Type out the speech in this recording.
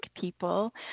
people